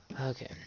Okay